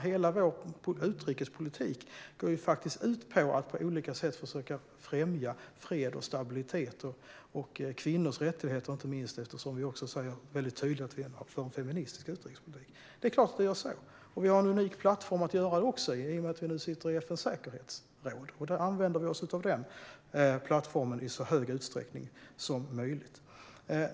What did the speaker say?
Hela vår utrikespolitik går ut på att på olika sätt försöka att främja fred, stabilitet och inte minst kvinnors rättigheter eftersom vi tydligt säger att vi för en feministisk utrikespolitik. Vi har en unik plattform för det genom att vi nu sitter i FN:s säkerhetsråd, och vi använder oss av den plattformen i så stor utsträckning som möjligt.